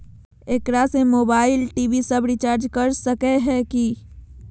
एकरा से mobile TV सब रिचार्ज कर सको हियै की?